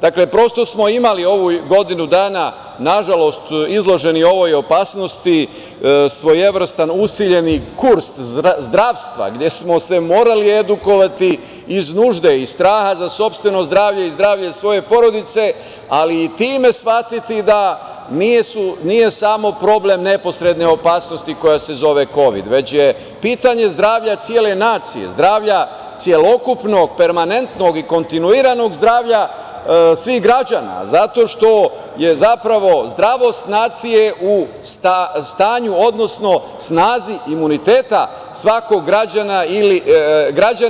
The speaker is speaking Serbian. Dakle, prosto smo imali ovu godinu dana nažalost izloženi ovoj opasnosti svojevrstan usiljeni kurs zdravstva gde smo se morali edukovati iz nužde, iz straha za sopstveno zdravlje i zdravlje svoje porodice, ali i time shvatiti da nije samo problem neposredne opasnosti koja se kovid, već je pitanje zdravlja cele nacije, zdravlja celokupnog, permanentnog i kontinuiranog zdravlja svih građana zato što je zapravo zdravost nacije u stanju, odnosno snazi imuniteta svakog